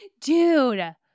Dude